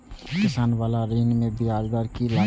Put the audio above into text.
किसान बाला ऋण में ब्याज दर कि लागै छै?